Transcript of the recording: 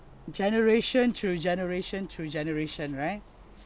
generation through generation through generation right